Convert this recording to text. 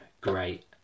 great